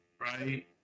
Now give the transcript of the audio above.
right